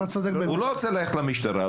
הוא לא רוצה ללכת למשטרה,